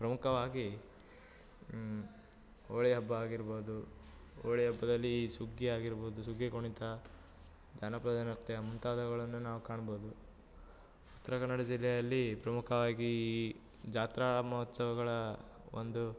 ಪ್ರಮುಖವಾಗಿ ಹೋಳಿ ಹಬ್ಬ ಆಗಿರ್ಬೋದು ಹೋಳಿ ಹಬ್ಬದಲ್ಲಿ ಸುಗ್ಗಿ ಆಗಿರ್ಬೋದು ಸುಗ್ಗಿ ಕುಣಿತ ಜಾನಪದ ನೃತ್ಯ ಮುಂತಾದವುಗಳನ್ನು ನಾವು ಕಾಣ್ಬೋದು ಉತ್ತರ ಕನ್ನಡ ಜಿಲ್ಲೆಯಲ್ಲಿ ಪ್ರಮುಖವಾಗಿ ಈ ಜಾತ್ರಾ ಮಹೋತ್ಸವಗಳ ಒಂದು